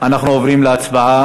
אנחנו עוברים להצבעה.